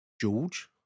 George